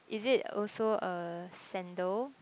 is it also a sandal